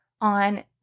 on